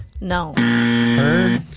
No